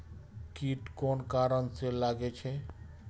कीट कोन कारण से लागे छै?